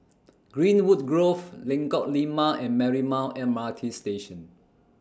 Greenwood Grove Lengkok Lima and Marymount M R T Station